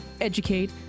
educate